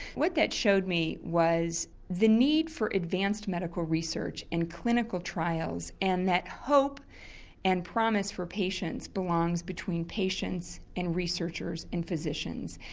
what that showed me was the need for advanced medical research and clinical trials and that hope and promise for patients belongs between patients and researchers and physicians.